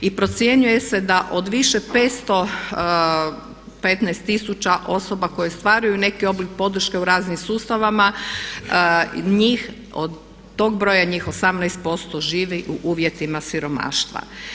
I procjenjuje se da od više od 515 tisuća osoba koje ostvaruju neki oblik podrške u raznim sustavima od tog broja njih 18% živi u uvjetima siromaštva.